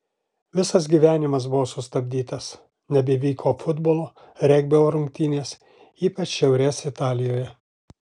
visas gyvenimas buvo sustabdytas nebevyko futbolo regbio rungtynės ypač šiaurės italijoje